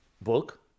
book